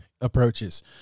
approaches